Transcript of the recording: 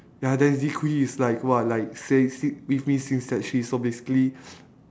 ya then zee-kwee is like !wah! like same s~ with me since sec three so basically